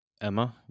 Emma